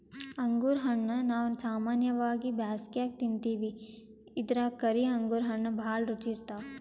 ಅಂಗುರ್ ಹಣ್ಣಾ ನಾವ್ ಸಾಮಾನ್ಯವಾಗಿ ಬ್ಯಾಸ್ಗ್ಯಾಗ ತಿಂತಿವಿ ಇದ್ರಾಗ್ ಕರಿ ಅಂಗುರ್ ಹಣ್ಣ್ ಭಾಳ್ ರುಚಿ ಇರ್ತವ್